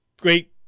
Great